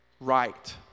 Right